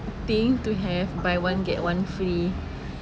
thing to have buy one get one free